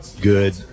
good